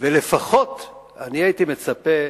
ולפחות אני הייתי מצפה,